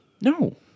No